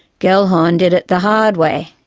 gellhorn did it the hard way.